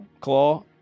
Claw